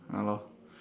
ah lor